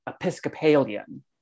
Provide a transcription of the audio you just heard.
Episcopalian